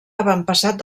avantpassat